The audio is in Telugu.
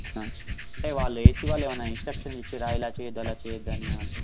అవునా అంటే వాళ్ళు ఏసీ వాళ్ళు ఏమన్న ఇన్స్ట్రక్క్షన్ ఇచ్చిర్రా ఇలా చేయవద్దు అలా చేయవద్దు అని అని